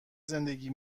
زندگی